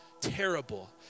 terrible